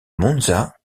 monza